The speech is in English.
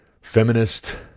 feminist